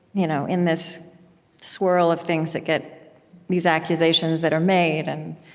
you know in this swirl of things that get these accusations that are made and